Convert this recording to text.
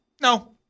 No